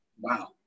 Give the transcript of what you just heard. Wow